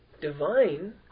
divine